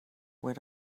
when